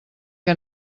que